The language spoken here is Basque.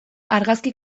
argazki